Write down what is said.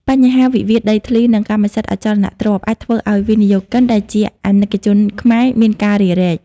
បញ្ហាវិវាទដីធ្លី និងកម្មសិទ្ធិអចលនទ្រព្យ អាចធ្វើឱ្យវិនិយោគិន ដែលជាអាណិកជនខ្មែរ មានការរារែក។